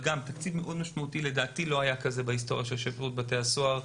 תקציב מאוד משמעותי שלדעתי לא היה כזה בהיסטוריה של שירות בתי הסוהר,